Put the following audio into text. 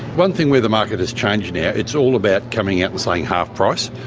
one thing where the market is change now, it's all about coming out and saying half price.